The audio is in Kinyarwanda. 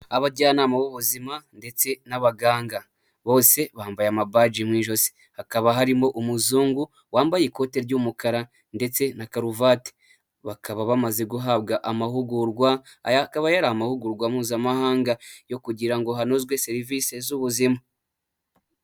Abajyanama b'ubuzima ndetse n'abaganga, bose bambaye amabaji mu ijosi, hakaba harimo umuzungu wambaye ikoti ry'umukara ndetse na karuvati, bakaba bamaze guhabwa amahugurwa akaba yari amahugurwa mpuzamahanga yo kugira ngo hanozwe serivisi z'ubuzima.